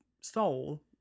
soul